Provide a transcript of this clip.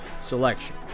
selection